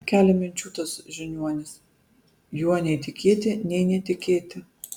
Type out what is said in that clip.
kelia minčių tas žiniuonis juo nei tikėti nei netikėti